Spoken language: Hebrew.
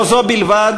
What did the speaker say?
לא זו בלבד,